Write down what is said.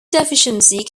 deficiency